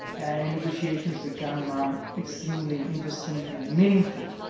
and negotiations become um extremely interesting and meaningful.